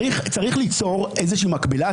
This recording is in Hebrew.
צריך ליצור איזושהי מקבילה.